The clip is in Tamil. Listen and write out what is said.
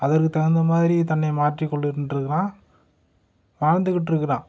அதற்கு தகுந்த மாதிரி தன்னை மாற்றிக் கொண்டுக்கிட்டு இருக்கிறான் வாழ்ந்துக் கிட்டு இருக்கிறான்